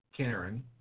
Karen